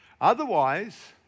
Otherwise